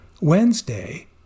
Wednesday